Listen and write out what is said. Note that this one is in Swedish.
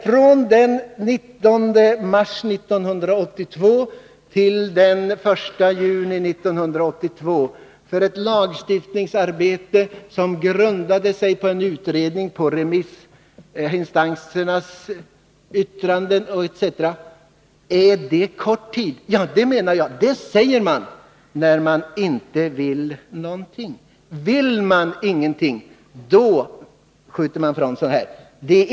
Från den 19 mars 1982 till den 1 juni 1982 för ett lagstiftningsarbete, som grundar sig på en utredning jämte remissutlåtanden, är det kort tid? Ja, det säger man när man inte vill någonting. Vill man ingenting, skjuter man fram sådana här skäl.